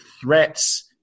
threats